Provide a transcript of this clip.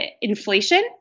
inflation